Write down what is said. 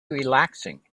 relaxing